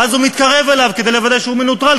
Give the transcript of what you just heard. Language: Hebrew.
ואז הוא מתקרב אליו כדי לוודא שהוא מנוטרל,